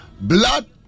blood